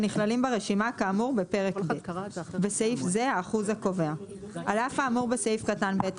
בסעיף 17, אחרי סעיף קטן (ב)